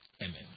Amen